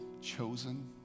Chosen